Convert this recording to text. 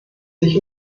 sich